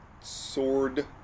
sword